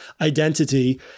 identity